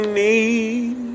need